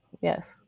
Yes